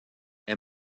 est